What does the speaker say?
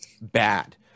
bad